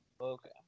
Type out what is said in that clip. Okay